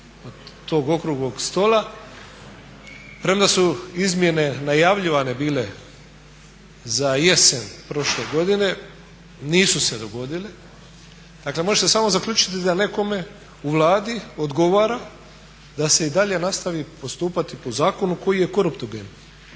od tog okruglog stola, premda su izmjene najavljivane bile za jesen prošle godine nisu se dogodile, dakle možete samo zaključiti da nekome u Vladi odgovara da se i dalje nastavi postupati po zakonu koji je koruptogen